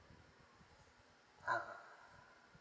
ah